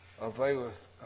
availeth